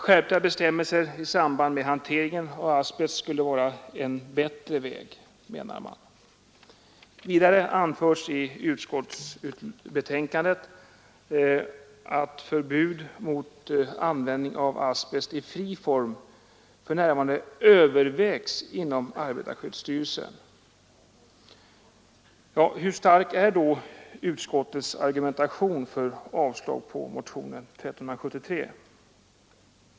Skärpta bestämmelser i samband med hanteringen av asbest skulle vara en bättre väg, anser utskottet. Vidare anförs i utskottsbetänkandet att förbud mot användningen av asbest i fri form för närvarande övervägs inom arbetarskyddsstyrelsen. Hur stark är då utskottets argumentation för avslag på motionen 1337?